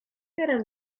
teraz